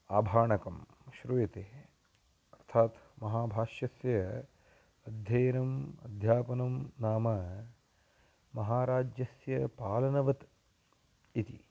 आभाणकं श्रूयते अर्थात् महाभाष्यस्य अध्ययनम् अध्यापनं नाम महाराज्यस्य पालनवत् इति